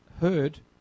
heard